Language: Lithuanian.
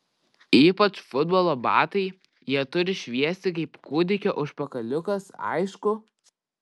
ypač futbolo batai jie turi šviesti kaip kūdikio užpakaliukas aišku